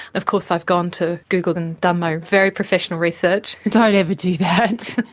of course i've gone to google and done my very professional research. don't ever do that!